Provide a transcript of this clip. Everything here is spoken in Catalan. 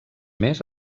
més